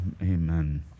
Amen